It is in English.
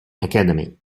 academy